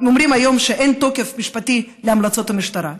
אומרים היום שאין תוקף משפטי להמלצות המשטרה.